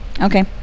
Okay